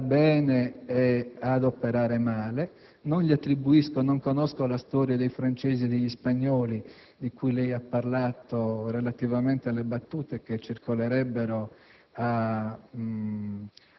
a parlar bene e ad operare male. Non conosco la storia dei francesi e degli spagnoli di cui lei ha parlato, riferendosi alle battute che circolerebbero